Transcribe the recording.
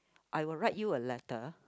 I will write you a letter